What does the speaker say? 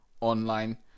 online